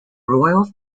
royal